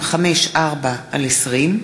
אברהם נגוסה,